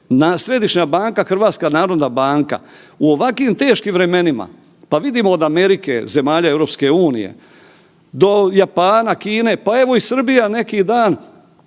središnja banka, HNB. U ovakvim teškim vremenima, pa vidimo od Amerike, zemalja EU, do Japana, Kine, pa evo i Srbija neki dan,